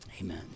amen